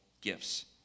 gifts